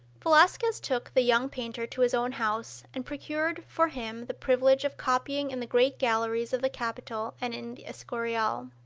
velazquez took the young painter to his own house, and procured for him the privilege of copying in the great galleries of the capitol and in the escurial.